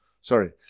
sorry